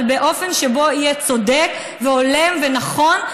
אבל באופן שיהיה צודק והולם ונכון,